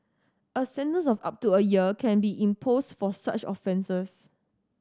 a sentence of up to a year can be imposed for such offences